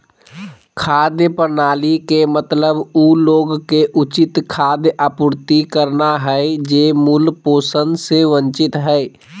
खाद्य प्रणाली के मतलब उ लोग के उचित खाद्य आपूर्ति करना हइ जे मूल पोषण से वंचित हइ